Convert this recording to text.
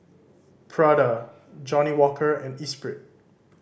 Prada Johnnie Walker and Espirit